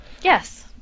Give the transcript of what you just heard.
Yes